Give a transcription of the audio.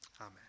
Amen